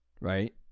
right